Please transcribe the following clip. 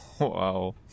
Wow